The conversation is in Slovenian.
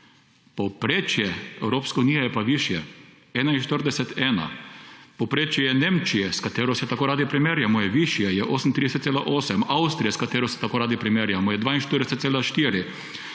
Povprečje Evropske unije je pa višje, 41,1. Povprečje Nemčije, s katero se tako radi primerjamo, je višje, je 38,8; Avstrije, s katero se tako radi primerjamo, je 42,4;